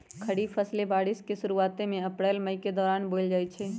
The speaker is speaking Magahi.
खरीफ फसलें बारिश के शुरूवात में अप्रैल मई के दौरान बोयल जाई छई